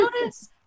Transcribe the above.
notice